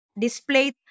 displayed